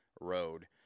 road